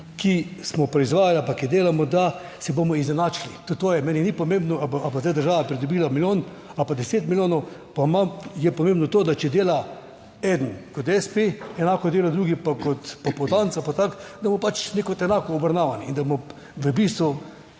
ki smo proizvajali ali pa, ki delamo, da se bomo izenačili. To je, meni ni pomembno, ali bo zdaj država pridobila milijon ali pa deset milijonov, pa imam, je pomembno to, da če dela eden kot espe, enako dela drugi pa kot popoldanca, pa tako, da bo pač neko enako obravnavan in da bomo v bistvu